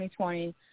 2020